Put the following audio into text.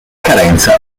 carenza